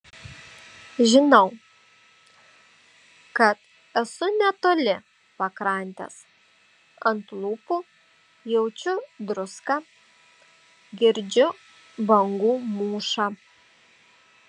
žinau kad esu netoli pakrantės ant lūpų jaučiu druską girdžiu bangų mūšą